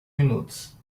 minutos